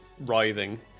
writhing